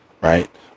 right